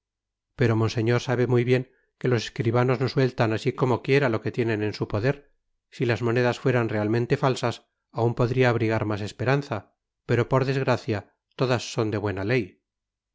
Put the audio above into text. doblones feofnwj flttooseñor sabe muy bien que los escribanos no suettan asi como quiera lo que tienen en su poder si las monedas fueran realmente falsas ana podria abrigar mas esperanza pero por desgracia todas son de buena ley